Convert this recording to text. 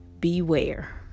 Beware